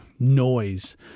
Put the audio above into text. noise